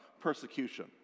persecution